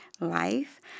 life